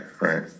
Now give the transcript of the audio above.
right